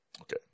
Okay